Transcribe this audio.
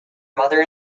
mother